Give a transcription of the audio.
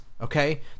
okay